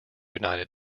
united